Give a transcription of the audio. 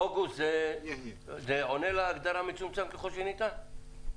אוגוסט זה עונה להגדרה מצומצם ככל שניתן?